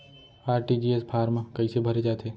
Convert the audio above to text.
RTGS form कइसे भरे जाथे?